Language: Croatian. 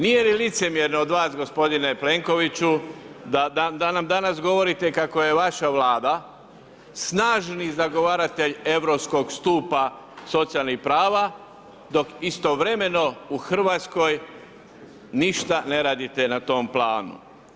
Nije li licemjerno od vas gospodine Plenkoviću da nam danas govorite kako je vaša Vlada snažni zagovaratelj europskog stupa socijalnih prava dok istovremeno u Hrvatskoj ništa ne radite na tom planu.